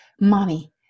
Mommy